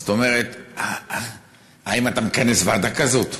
זאת אומרת, האם אתה מכנס ועדה כזאת?